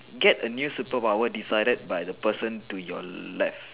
get a new superpower decided by the person to your left